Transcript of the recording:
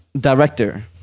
director